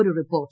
ഒരു റിപ്പോർട്ട്